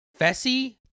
fessy